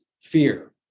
fear